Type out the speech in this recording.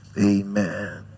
amen